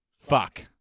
Fuck